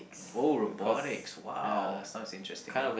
oh robotics !wow! sounds interesting though